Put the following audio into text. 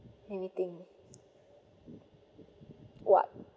anything what